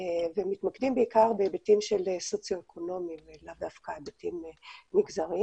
ומתמקדים בעיקר בהיבטים של סוציואקונומי ולאו דווקא היבטים מגזריים.